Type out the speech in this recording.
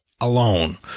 alone